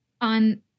On